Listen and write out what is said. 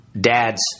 dad's